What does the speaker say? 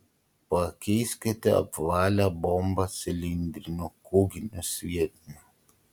pakeiskite apvalią bombą cilindriniu kūginiu sviediniu